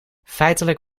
feitelijk